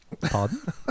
pardon